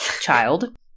child